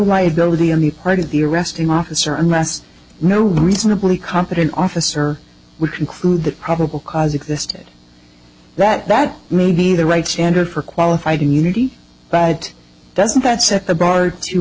liability on the part of the arresting officer and mass no reasonably competent officer would conclude that probable cause existed that that may be the right standard for qualified immunity doesn't that set the bar